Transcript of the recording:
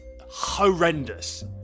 horrendous